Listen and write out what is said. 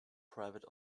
private